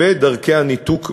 ודרכי הניתוק ממנו.